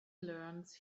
learns